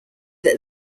that